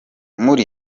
muri